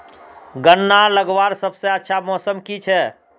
गन्ना लगवार सबसे अच्छा मौसम की छे?